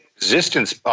resistance